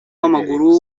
w’amaguru